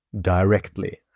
directly